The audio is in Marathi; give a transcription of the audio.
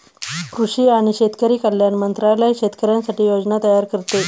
कृषी आणि शेतकरी कल्याण मंत्रालय शेतकऱ्यांसाठी योजना तयार करते